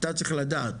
אתה צריך לדעת,